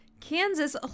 Kansas